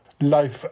life